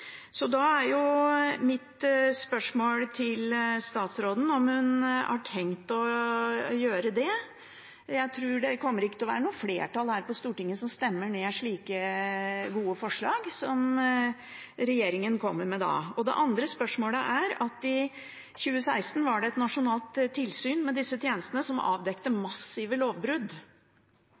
Så mitt spørsmål til statsråden er om hun har tenkt å gjøre det. Jeg tror ikke det kommer til å være noe flertall på Stortinget som stemmer ned slike gode forslag som regjeringen da kommer med. Det andre spørsmålet handler om at det i 2016 var et nasjonalt tilsyn med disse tjenestene, som avdekte massive lovbrudd.